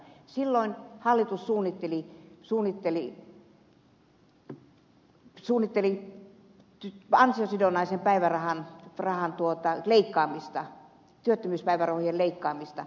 silloin hallitus suunnitteli ansiosidonnaisen päivärahan leikkaamista työttömyyspäivärahojen leikkaamista